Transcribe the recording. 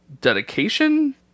dedication